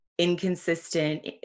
inconsistent